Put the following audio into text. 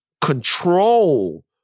control